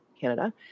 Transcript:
Canada